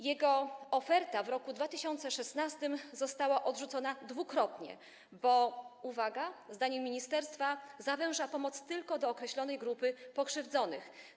Jego oferta w roku 2016 została odrzucona dwukrotnie, bo zdaniem ministerstwa, uwaga, zawęża pomoc tylko do określonej grupy pokrzywdzonych.